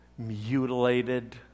mutilated